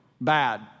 Bad